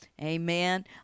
Amen